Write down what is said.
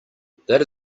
that